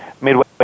midway